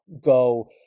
go